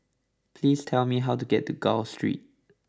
please tell me how to get to Gul Street